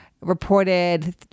reported